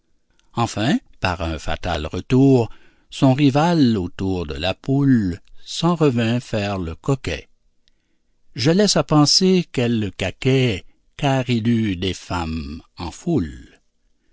enfin par un fatal retour son rival autour de la poule s'en revint faire le coquet je laisse à penser quel caquet car il eut des femmes en foule